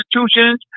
institutions